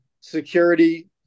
security